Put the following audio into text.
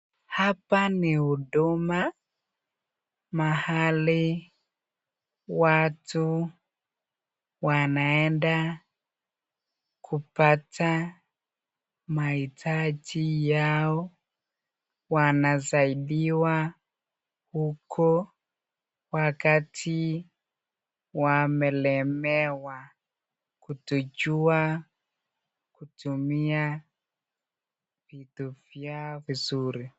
Hapa ni huduma mahali watu wanaenda kupata maitaji yao wanasaidiwa huko wakati wamelemewa kutojua kutumia vitu vyao vizuri.